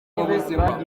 mubuzima